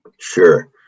Sure